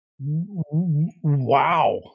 wow